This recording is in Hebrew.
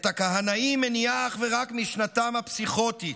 את הכהנאים מניעה אך ורק משנתם הפסיכוטית.